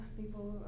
people